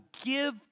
give